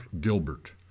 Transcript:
Gilbert